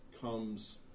comes